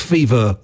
Fever